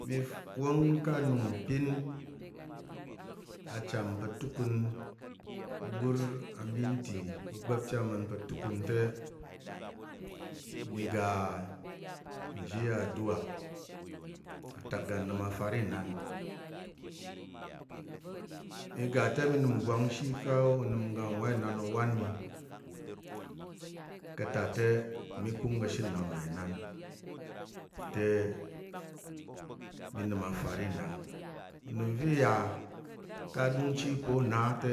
Mi wong ka anung ipin acham pa̱ tukun i ɓur aminti pa̱ gba̱pchi ama̱n pa̱ tukun te mi ga nzhi aduwa atak ga nnəm afar inan. Mi ga te mi nəm nggwang ishi ko onəm oga ngwa inan owan mi ka̱ ta te, mi kung ka̱she nnap nlà inan. Te mi nəm afar înan unəm va̱ yà ka aɗungchi pa̱ o na te,